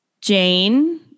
Jane